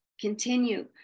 continue